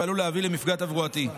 ועלול להביא למפגע תברואתי.